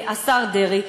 השר דרעי,